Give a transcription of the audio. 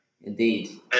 Indeed